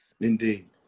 Indeed